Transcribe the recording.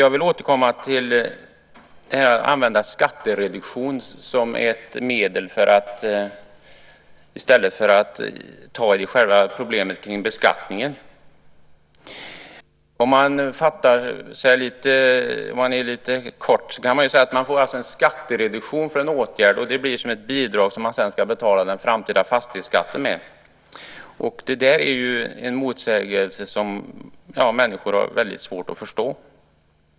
Jag vill återkomma till detta med att använda skattereduktion som ett medel i stället för att ta i själva problemet kring beskattningen. Om man fattar sig lite kort kan man säga att det alltså blir en skattereduktion för en åtgärd. Det blir som ett bidrag som man sedan ska betala den framtida fastighetsskatten med. Det är en motsägelse som människor har väldigt svårt att förstå.